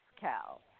Cal